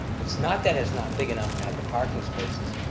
it's not that it's not big enough to have the parking spaces,